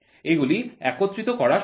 এগুলি একত্রিত করা সম্ভব